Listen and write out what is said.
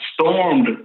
stormed